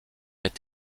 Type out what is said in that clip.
est